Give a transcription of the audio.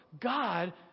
God